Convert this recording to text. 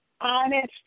honest